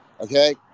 Okay